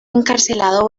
encarcelado